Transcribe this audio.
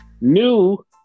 new